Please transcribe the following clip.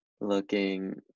looking